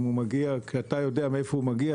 כשאתה יודע מאיפה בא,